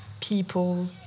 people